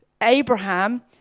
abraham